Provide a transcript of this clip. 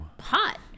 hot